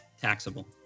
Taxable